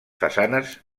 façanes